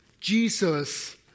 Jesus